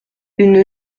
une